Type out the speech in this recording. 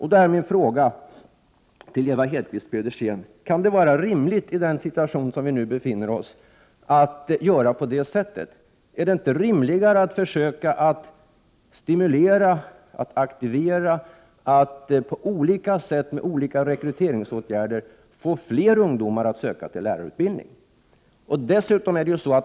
Jag frågar Ewa Hedkvist Petersen om det kan vara rimligt i den situation vi nu befinner oss i att göra så? Är det inte rimligare att försöka att stimulera, aktivera och med olika rekryteringsåtgärder få fler ungdomar att söka till lärarutbildningen?